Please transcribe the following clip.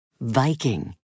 Viking